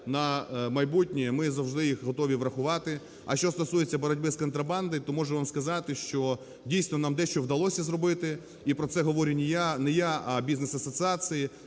на майбутнє, ми завжди їх готові врахувати. А що стосується боротьби з контрабандою, то можу вам сказати, що, дійсно, нам дещо вдалося зробити, і про це говорю не я, а бізнес-асоціації.